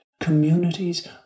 communities